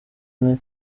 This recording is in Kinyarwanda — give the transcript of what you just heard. umwe